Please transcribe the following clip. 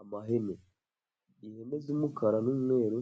Amahene, ihene z'umukara n'umweru,